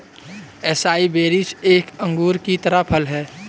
acai berries एक अंगूर की तरह फल हैं